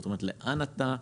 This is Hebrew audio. זאת אומרת, לאן אתה,